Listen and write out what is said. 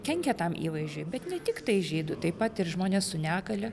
kenkia tam įvaizdžiui bet ne tiktai žydų taip pat ir žmonės su negalia